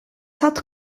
hat